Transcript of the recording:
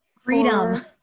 Freedom